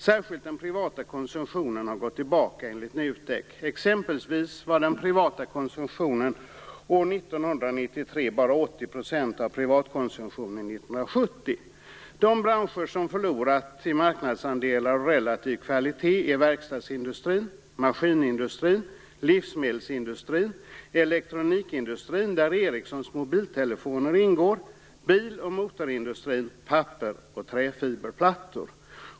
Särskilt den privata konsumtionen har gått tillbaka, enligt Nutek. Exempelvis var den privata konsumtionen år 1993 bara 80 procent av privatkonsumtionen 1970. De branscher som förlorat i marknadsandelar och relativ kvalitet är verkstadsindustrin, maskinindustrin, livsmedelsindustrin, elektronikindustrin , bil och motorindustrin, papper och träfiberplattor."